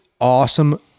awesome